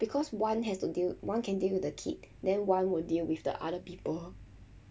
because one has to deal one can deal with the kid then one would deal with the other people